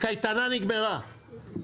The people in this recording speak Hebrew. הקייטנה נגמרה.